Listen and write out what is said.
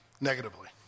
negatively